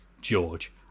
George